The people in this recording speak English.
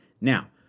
Now